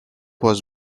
was